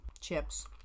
Chips